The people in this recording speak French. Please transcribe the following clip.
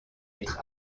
être